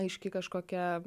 aiškiai kažkokia